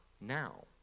now